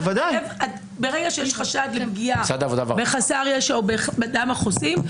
ברגע שיש חשד לפגיעה בחסר ישע או באחד החוסים,